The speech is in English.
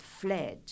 fled